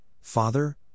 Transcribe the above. Father